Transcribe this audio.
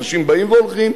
אנשים באים והולכים,